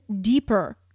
deeper